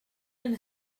and